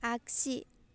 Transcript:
आग्सि